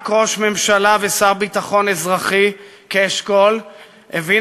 רק ראש ממשלה ושר ביטחון אזרחי כאשכול הבין